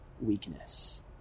weakness